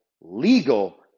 legal